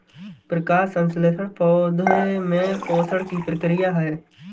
प्रकाश संश्लेषण पौधे में पोषण की प्रक्रिया है